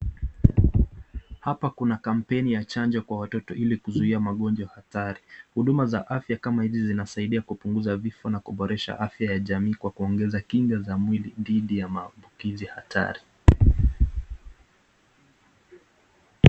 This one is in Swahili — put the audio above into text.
Hapa kuna kampeni ya chanjo kwa watoto ili kuzuia magonjwa hatari, huduma za afya kama hizi zinasaidia kupunguza vifo na kuboresha afya ya jamii kwa kuongeza kinga za mwili, dhidi ya maambukizi hatari.